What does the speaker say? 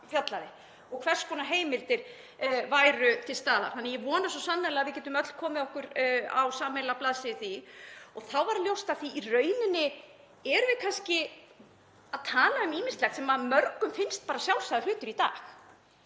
og hvers konar heimildir væru til staðar. Ég vona því svo sannarlega að við getum öll komið okkur á sömu blaðsíðu í því. Þá var ljóst að í rauninni erum við kannski að tala um ýmislegt sem mörgum finnst bara sjálfsagður hlutur í dag.